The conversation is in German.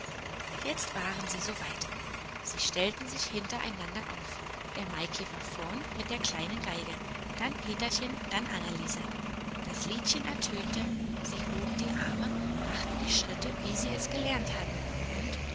jetzt waren sie soweit sie stellten sich hintereinander auf der maikäfer vorn mit der kleinen geige dann peterchen dann anneliese das liedchen ertönte sie hoben die arme machten die schritte wie sie es gelernt hatten und